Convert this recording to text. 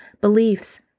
beliefs